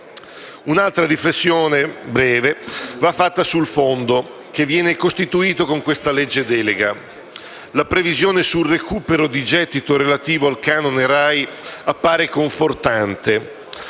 Un'altra riflessione breve va fatta sul Fondo, che viene costituito con questa legge delega. La previsione sul recupero di gettito relativo al canone RAI appare confortante,